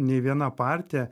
nei viena partija